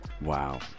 Wow